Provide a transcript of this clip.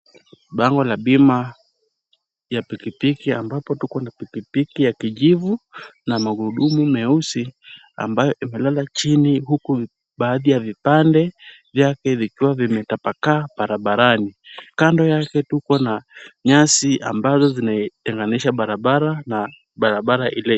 Bango la bima ya pikipiki ambapo tuko na pikipiki ya kijivu na magurudumu meusi ambayo imelala chini huku baadhi ya vipande vyake vikiwa vimetapakaa barabarani. Kando yake tupo na nyasi ambazo zinatenganisha barabara na barabraa ile.